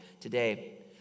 today